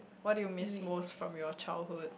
what do you miss most from your childhood